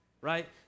right